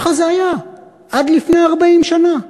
ככה זה היה עד לפני 40 שנה,